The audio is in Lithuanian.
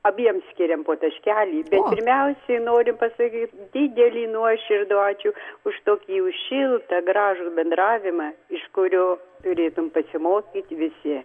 abiem skiriam po taškelį pirmiausiai noriu pasakyt didelį nuoširdų ačiū už tokį jau šiltą gražų bendravimą iš kurio turėtum pasimokyt visi